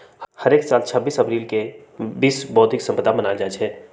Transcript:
हरेक साल छब्बीस अप्रिल के विश्व बौधिक संपदा दिवस मनाएल जाई छई